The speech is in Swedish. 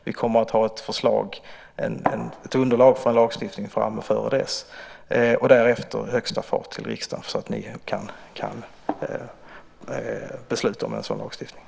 Vi kommer att ha ett förslag, ett underlag för en lagstiftning, framme dessförinnan. Därefter blir det högsta fart till riksdagen så att ni kan besluta om en sådan lagstiftning.